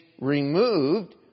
removed